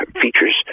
features